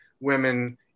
women